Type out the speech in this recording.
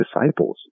disciples